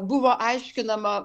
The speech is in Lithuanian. buvo aiškinama